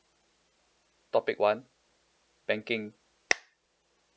topic one banking